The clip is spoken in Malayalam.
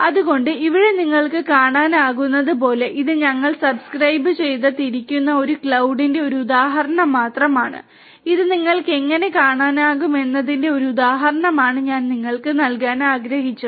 അതിനാൽ ഇവിടെ നിങ്ങൾക്ക് കാണാനാകുന്നതുപോലെ ഇത് ഞങ്ങൾ സബ്സ്ക്രൈബുചെയ്തിരിക്കുന്ന ഈ ക്ലൌഡിന്റെ ഒരു ഉദാഹരണം മാത്രമാണ് ഇത് നിങ്ങൾക്ക് എങ്ങനെ കാണാനാകുമെന്നതിന്റെ ഒരു ഉദാഹരണമാണ് ഞാൻ നിങ്ങൾക്ക് നൽകാൻ ആഗ്രഹിച്ചത്